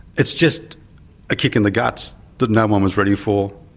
it's just a kick in the guts that no-one was ready for,